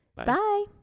Bye